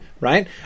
right